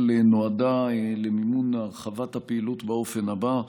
נועדה למימון הרחבת הפעילות באופן הבא: